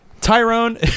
Tyrone